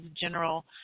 general